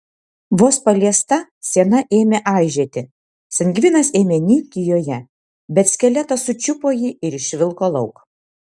vos paliesta siena ėmė aižėti sangvinas ėmė nykti joje bet skeletas sučiupo jį ir išvilko lauk